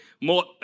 more